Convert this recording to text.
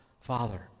Father